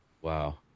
Wow